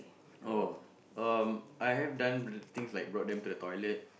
oh um I have done things like brought them to the toilet